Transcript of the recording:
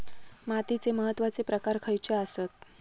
मातीचे महत्वाचे प्रकार खयचे आसत?